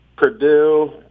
Purdue